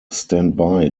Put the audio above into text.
standby